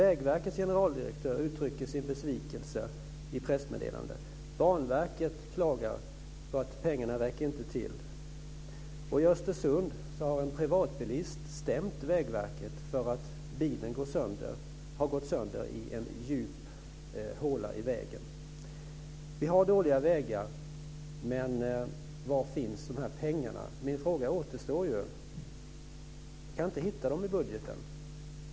Vägverkets generaldirektör uttrycker sin besvikelse i pressmeddelanden. Banverket klagar på att pengarna inte räcker till. I Östersund har en privatbilist stämt Vägverket för att bilen har gått sönder i en djup håla i vägen. Vi har dåliga vägar, men var finns de här pengarna? Min fråga återstår ju. Jag kan inte hitta dem i budgeten.